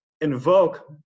invoke